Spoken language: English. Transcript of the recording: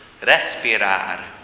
Respirar